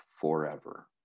forever